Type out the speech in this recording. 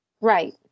Right